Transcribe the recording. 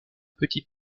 petit